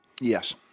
Yes